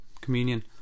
communion